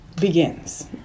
Begins